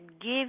give